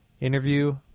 interview